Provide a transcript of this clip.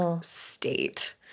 state